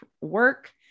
work